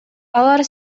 алар